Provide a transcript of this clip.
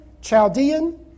Chaldean